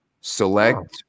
select